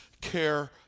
care